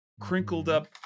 crinkled-up